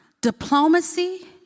diplomacy